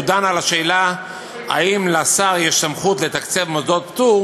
והוא דן בשאלה אם לשר יש סמכות לתקצב מוסדות פטור